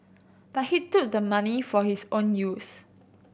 but he took the money for his own use